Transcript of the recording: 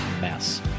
mess